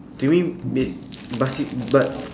to me ba~ bali~ ba~